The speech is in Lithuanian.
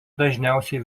dažniausiai